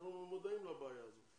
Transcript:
אנחנו מודעים לבעיה הזאת.